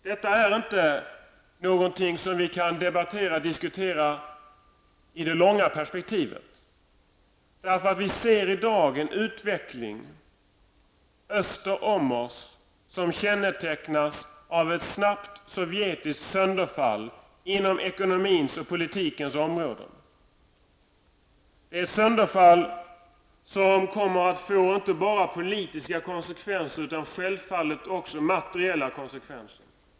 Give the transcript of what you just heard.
Detta är inte något som vi kan debattera och diskutera i det långa perspektivet. Vi ser i dag en utveckling öster om oss som kännetecknas av ett snabbt sovjetiskt sönderfall inom ekonomins och politikens områden. Det är ett sönderfall som kommer att få inte bara politiska konsekvenser utan självfallet också materiella konsekvenser.